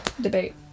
debate